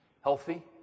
Healthy